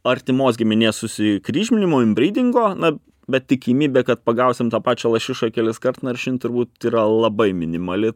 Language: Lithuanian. artimos giminės susikryžminimo imbrydingo na bet tikimybė kad pagausim tą pačią lašišą keliskart naršint turbūt yra labai minimali